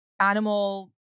animal